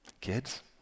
Kids